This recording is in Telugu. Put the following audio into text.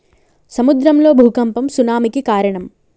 సముద్రం లో భూఖంపం సునామి కి కారణం